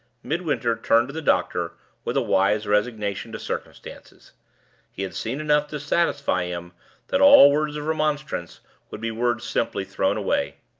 midwinter turned to the doctor with a wise resignation to circumstances he had seen enough to satisfy him that all words of remonstrance would be words simply thrown away.